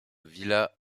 villa